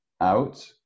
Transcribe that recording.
out